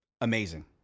Amazing